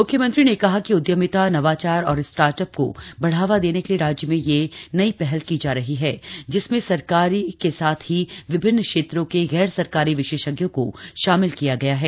मुख्यमंत्री ने कहा कि उदयमिता नवाचार और स्टार्टअप को बढ़ावा देने के लिए राज्य में यह नई पहल की जा रही है जिसमें सरकारी के साथ ही विभिन्न क्षेत्रों के गैर सरकारी विशेषजों को शामिल किया गया है